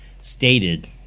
stated